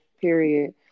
period